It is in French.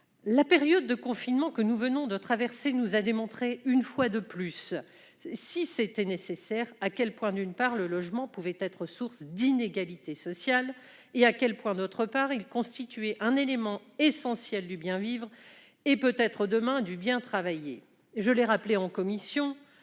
La période de confinement que nous venons de traverser nous a démontré, une fois de plus, si c'était nécessaire, à quel point le logement, d'une part, pouvait être source d'inégalités sociales et, d'autre part, constituait un élément essentiel du bien-vivre, voire peut-être demain du bien-travailler. Je l'ai rappelé en commission,